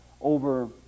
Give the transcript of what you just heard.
over